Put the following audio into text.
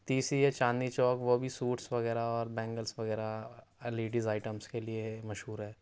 تیسری ہے چاندنی چوک وہ بھی سوٹس وغیرہ اور بینگلس وغیرہ آ لیڈیز آئٹمز کے لیے ہے مشہور ہے